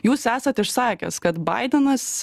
jūs esat išsakęs kad baidenas